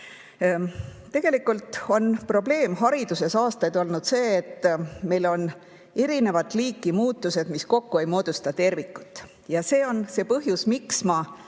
Tegelikult on probleem hariduses aastaid olnud see, et meil on erinevat liiki muudatused, mis kokku ei moodusta tervikut. See on see põhjus, miks ma